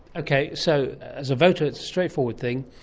okay, so as a voter it's a straightforward thing,